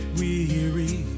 weary